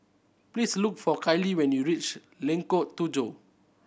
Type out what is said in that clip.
please look for Kylie when you reach Lengkok Tujoh